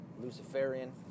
Luciferian